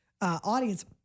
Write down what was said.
audience